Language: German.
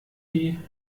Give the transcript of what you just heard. die